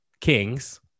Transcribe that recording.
kings